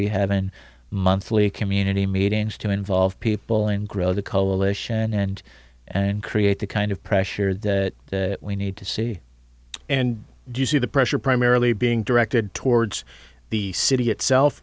be having monthly community meetings to involve people and grow the coalition and and create the kind of pressure that we need to see and do you see the pressure primarily being directed towards the city itself